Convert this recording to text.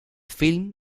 film